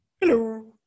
Hello